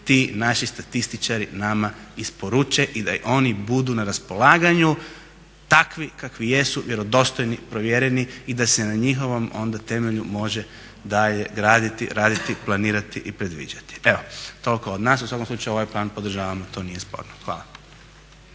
ti naši statističari nama isporuče i da oni budu na raspolaganju takvi kakvi jesu, vjerodostojni, provjereni i da se na njihovom onda temelju može dalje graditi, raditi, planirati i predviđati. Evo toliko od nas. U svakom slučaju ovaj plan podržavamo, to nije sporno. Hvala.